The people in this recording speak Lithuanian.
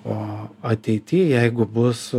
o ateity jeigu bus